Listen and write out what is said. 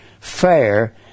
fair